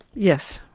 yes,